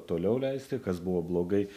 toliau leisti kas buvo blogai